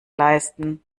leisten